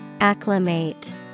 Acclimate